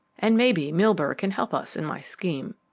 and maybe, milburgh can help us in my scheme.